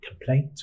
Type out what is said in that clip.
complaint